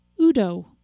Udo